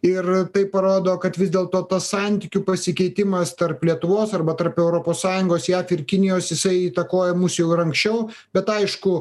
ir tai parodo kad vis dėlto tas santykių pasikeitimas tarp lietuvos arba tarp europos sąjungos jav ir kinijos jisai įtakoja mus jau ir anksčiau bet aišku